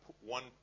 one